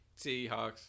Seahawks